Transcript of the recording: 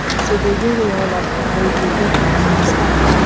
so they really are like radio beacons in the sky.